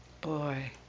Boy